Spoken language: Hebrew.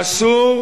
ואסור,